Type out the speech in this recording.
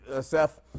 Seth